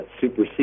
supersede